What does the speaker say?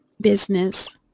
business